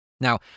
Now